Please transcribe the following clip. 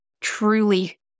truly